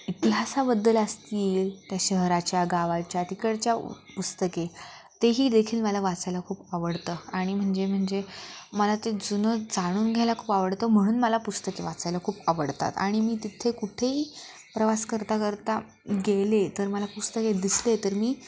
इतिहासाबद्दल असतील त्या शहराच्या गावाच्या तिकडच्या पुस्तके तेही देखील मला वाचायला खूप आवडतं आणि म्हणजे म्हणजे मला ते जुनं जाणून घ्यायला खूप आवडतं म्हणून मला पुस्तके वाचायला खूप आवडतात आणि मी तिथे कुठेही प्रवास करता करता गेले तर मला पुस्तके दिसले तर मी